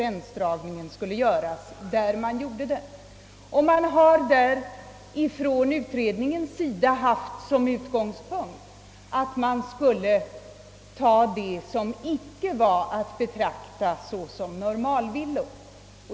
Utredningens utgångspunkt har varit att man hårdare skulle beskatta de fastigheter som inte var att betrakta som normalvillor.